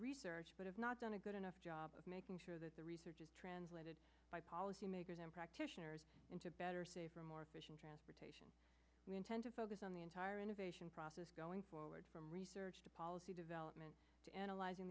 research but have not done a good enough job of making sure that the research is translated by policy makers and practitioners into better safer more efficient transportation we intend to focus on the entire innovation process going forward from research to policy development analyzing